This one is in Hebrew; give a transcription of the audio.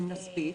אם נספיק,